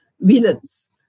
villains